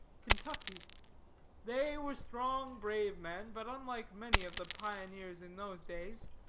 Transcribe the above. kentucky they were strong, brave men but, unlike many of the pioneers in those days,